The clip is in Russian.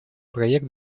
проект